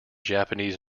japanese